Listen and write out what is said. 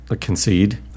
concede